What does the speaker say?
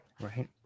Right